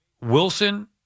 Wilson